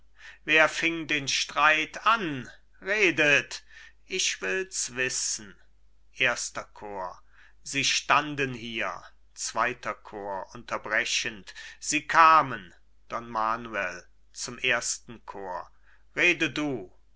wer fing den streit an redet ich will's wissen erster chor cajetan berengar sie standen hier zweiter chor roger bohemund unterbrechend sie kamen don manuel zum ersten chor rede du